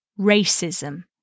racism